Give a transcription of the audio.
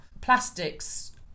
plastics